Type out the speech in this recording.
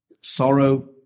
Sorrow